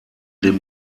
den